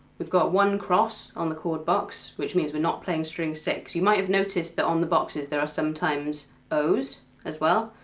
we've got one cross on the chord box, which means we're not playing string six. you might have noticed that on the boxes there are sometimes o's as well.